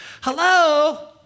Hello